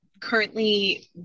currently